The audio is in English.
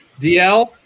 DL